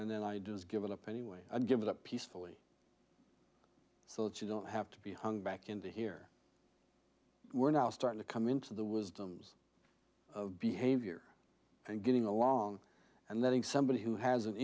and then i do is give it up anyway i give it up peacefully so that you don't have to be hung back in the here we're now starting to come into the wisdoms of behavior and getting along and letting somebody who has an